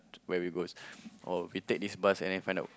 where we goes or we take this bus and then find out